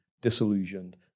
disillusioned